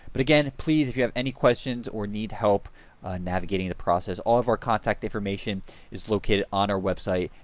but again, please if you have any questions or need help navigating the process, all of our contact information is located on our website,